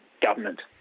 government